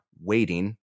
waiting